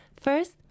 First